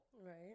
Right